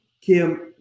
Kim